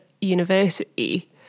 university